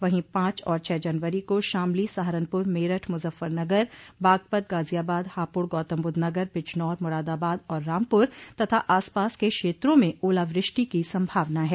वहीं पांच और छह जनवरी को शामली सहारनपुर मेरठ मुजफ्फरनगर बागपत गाजियाबाद हापुड़ गौतमबुद्ध नगर बिजनौर मुरादाबाद और रामपुर तथा आसपास के क्षेत्रों में ओलावृष्टि की संभावना है